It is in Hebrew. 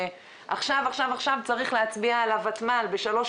ועכשיו עכשיו עכשיו צריך להצביע על הוותמ"ל בשלוש